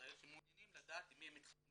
ישראל שמעוניינים לדעת עם מי הם מתחתנים